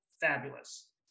fabulous